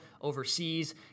overseas